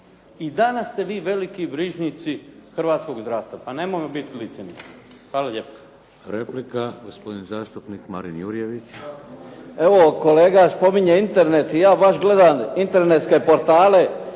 I danas ste vi veliki brižnici hrvatskog zdravstva. Pa nemojmo biti licemjerni. Hvala lijepa.